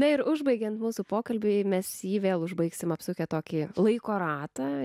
na ir užbaigiant mūsų pokalbį mes jį vėl užbaigsime apsukę tokį laiko ratą